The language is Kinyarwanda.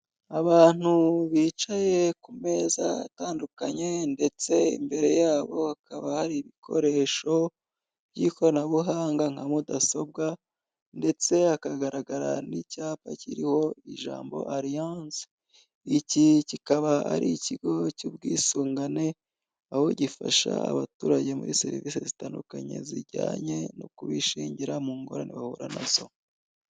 Abantu bicaye ku meza atandukanye ndetse imbere yabo hakaba hari ibikoresho by'ikoranabuhanga nka mudasobwa ndetse hakagaragara n'icyapa kiriho ijambo Allianz, iki kikaba ari ikigo cy'ubwisungane aho gifasha abaturage muri serivisi zitandukanye zijyanye no kubishingira mu ngorane bahura nazo.